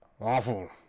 awful